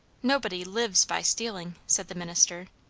nobody lives by stealing, said the minister.